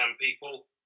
people